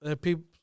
People